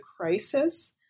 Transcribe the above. crisis